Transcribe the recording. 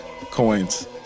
coins